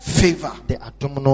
favor